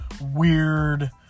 weird